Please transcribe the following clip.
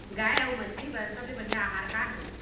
गाय अऊ मछली बर सबले बढ़िया आहार का हे?